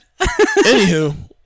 Anywho